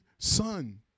Son